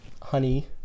honey